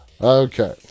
Okay